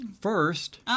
first